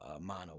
Mono